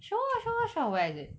sure sure sure where is it